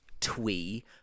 twee